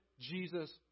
Jesus